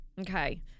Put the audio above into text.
Okay